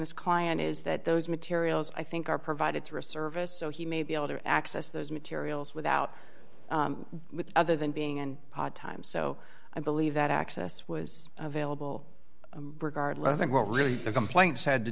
this client is that those materials i think are provided for a service so he may be able to access those materials without other than being and time so i believe that access was available regardless of what really the complaints had to